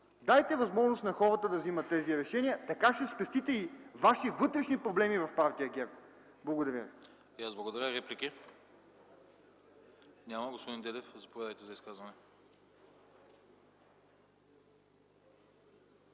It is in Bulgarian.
дайте възможност на хората да вземат тези решения, така ще спестите и ваши вътрешни проблеми в партия ГЕРБ. Благодаря